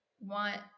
want